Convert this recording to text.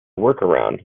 workaround